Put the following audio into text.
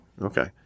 Okay